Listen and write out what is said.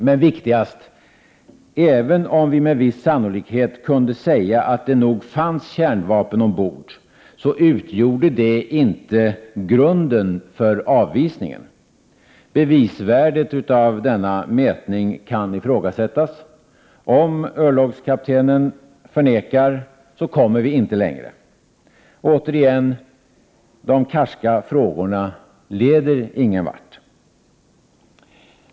Men viktigast är att även om vi med viss sannolikhet kunde säga att det fanns kärnvapen ombord, utgjorde inte detta grunden för avvisningen. Bevisvärdet av denna mätning kan ifrågasättas. Om en örlogskapten förnekar, så kommer vi inte längre. Återigen: De karska frågorna leder ingenvart.